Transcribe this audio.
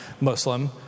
Muslim